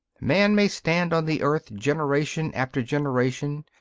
man may stand on the earth generation after generation,